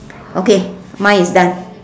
okay mine is done